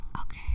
Okay